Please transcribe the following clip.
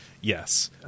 yes